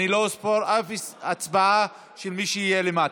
אני לא אספור אף הצבעה של מי שיהיה למטה.